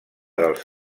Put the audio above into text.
dels